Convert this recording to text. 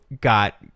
got